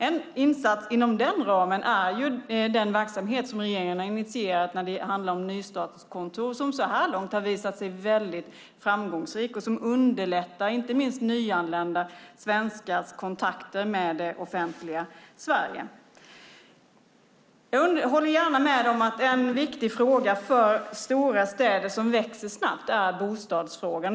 En insats inom denna ram är den verksamhet som regeringen har initierat när det handlar om nystartskontor. Det har så här långt visat sig vara framgångsrikt, och det underlättar inte minst nyanlända svenskars kontakter med det offentliga Sverige. Jag håller gärna med om att en viktig fråga för stora städer som växer snabbt är bostadsfrågan.